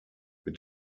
mit